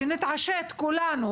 שנתעשת כולנו,